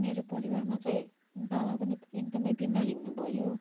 मेरो परिवारमा चाहिँ बाबा पनि एकदमै बिमारी हुनुभयो